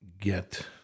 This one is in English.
get